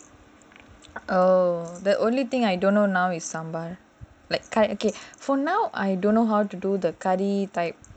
oh the only thing I don't know now is sambar like kind K for now I don't know how to do the curry type